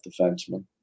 defenseman